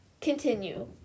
continue